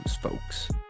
folks